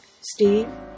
Steve